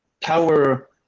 power